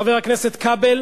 חבר הכנסת כבל,